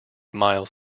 miles